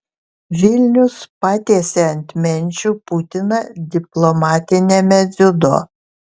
vilnius patiesė ant menčių putiną diplomatiniame dziudo